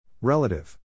Relative